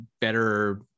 better